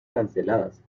canceladas